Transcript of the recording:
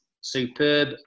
superb